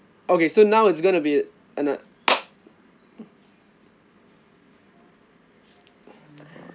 okay so now it's gonna be ano~